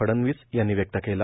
फडणवीस यांनी व्यक्त केला